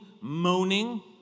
moaning